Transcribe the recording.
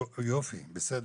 יופי, בסדר.